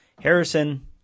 Harrison